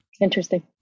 Interesting